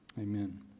Amen